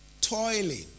Toiling